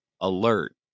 Alert